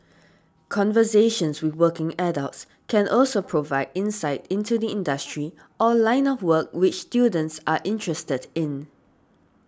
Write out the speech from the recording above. conversations with working adults can also provide insight into the industry or line of work which students are interested in